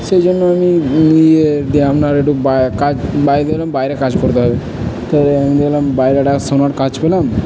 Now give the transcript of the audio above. সেই জন্য আমি ইয়ে দিয়ে আপনার একটু বা কাজ বাইরে কাজ করতে হবে তো আমি দেখলাম বাইরে একটা সোনার কাজ পেলাম